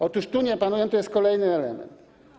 Otóż tu nie pilnują - to jest kolejny element.